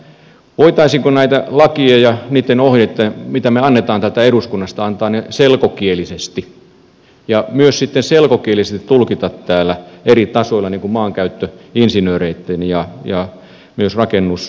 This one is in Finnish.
voitaisiinko näitä lakeja ja niitä ohjeita mitä me annamme täältä eduskunnasta antaa selkokielisesti ja myös sitten selkokielisesti tulkita täällä eri tasoilla niin kuin maankäyttöinsinöörien ja myös rakennushenkilöitten tasolta